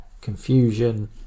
confusion